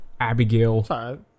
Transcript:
Abigail